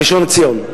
הראשון לציון.